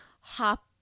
hop